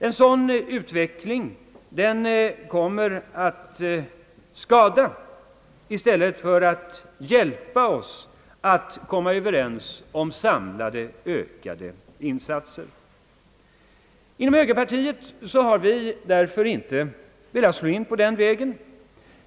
En sådan utveckling kommer att skada i stället för att hjälpa oss att komma överens om samlade ökade insatser. Inom högerpartiet har vi sålunda inte velat slå in på den vägen.